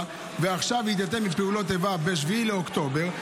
ועכשיו התייתם מפעולות איבה ב-7 באוקטובר,